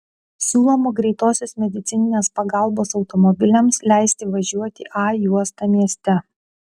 siūloma greitosios medicininės pagalbos automobiliams leisti važiuoti a juosta mieste